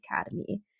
Academy